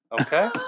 Okay